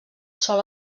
sol